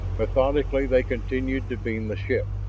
methodically they continued to beam the ship.